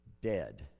dead